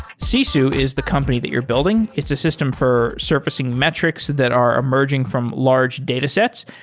sisu is the company that you're building. it's a system for surfacing metrics that are emerging from large datasets.